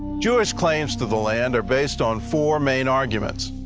jewish claims to the land are based on four main arguments.